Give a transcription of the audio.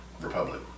republic